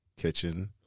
Kitchen